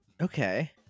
Okay